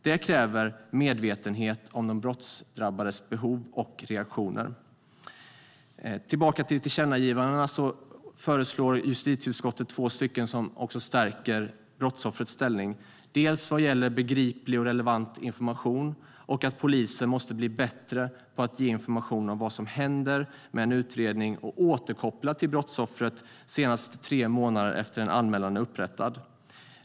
Det kräver medvetenhet om brottsdrabbades behov och reaktioner. Jag vill återgå till tillkännagivandena. Justitieutskottet föreslår två tillkännagivanden som stärker brottsoffrets ställning, dels vad gäller begriplig och relevant information, dels vad gäller att polisen måste bli bättre på att ge information om vad som händer med en utredning och på att återkoppla till brottsoffret senast tre månader efter att en anmälan är upprättad.